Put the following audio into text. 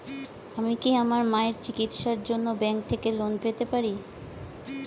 আমি কি আমার মায়ের চিকিত্সায়ের জন্য ব্যঙ্ক থেকে লোন পেতে পারি?